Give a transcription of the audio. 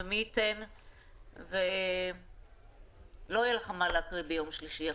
מי ייתן ולא יהיה לך מה להקריא ביום שלישי הקרוב.